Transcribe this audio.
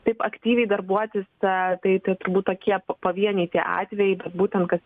taip aktyviai darbuotis tai tai turbūt tokie pavieniai tie atvejai būtent kad